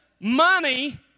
money